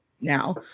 now